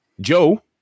Joe